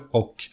och